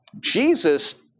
Jesus